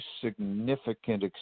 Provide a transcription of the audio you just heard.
significant